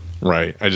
Right